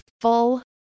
full